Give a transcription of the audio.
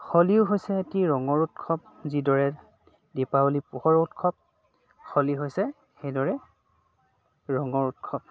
হলীও হৈছে এটি ৰঙৰ উৎসৱ যিদৰে দীপাৱলী পোহৰৰ উৎসৱ হলী হৈছে সেইদৰে ৰঙৰ উৎসৱ